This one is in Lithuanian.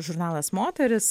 žurnalas moteris